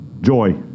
Joy